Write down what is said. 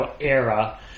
era